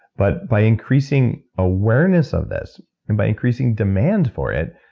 but by increasing awareness of this and by increasing demand for it,